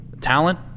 talent